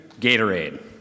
Gatorade